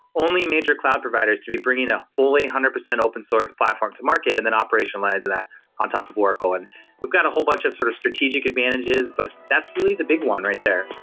only major cloud providers to be bringing a fully one hundred percent open-source platform to market and then operationalize and that on top of oracle. and we've got a whole bunch of sort of strategic advantages, but that's really the big one right there